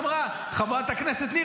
חברת הכנסת ניר,